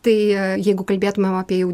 tai jeigu kalbėtumėm apie jau